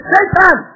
Satan